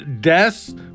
deaths